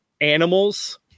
animals